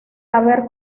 haber